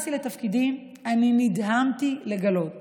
כשנכנסתי לתפקידי אני נדהמתי לגלות